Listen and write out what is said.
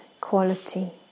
quality